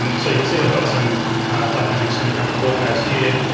um so you can see i've got some blackmagic cinema camera four ks here.